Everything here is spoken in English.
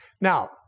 Now